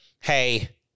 hey